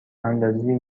اندازی